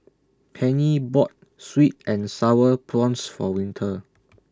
Pennie bought Sweet and Sour Prawns For Winter